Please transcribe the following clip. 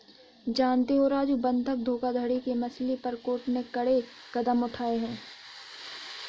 जानते हो राजू बंधक धोखाधड़ी के मसले पर कोर्ट ने कड़े कदम उठाए हैं